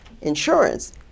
insurance